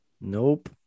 Nope